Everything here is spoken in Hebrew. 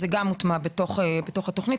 זה גם מוטמע בתוך התוכנית.